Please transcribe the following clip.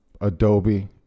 Adobe